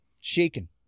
Shaken